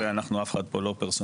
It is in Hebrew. הרי אף אחד פה לא פרסונלי,